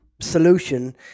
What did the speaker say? solution